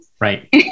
right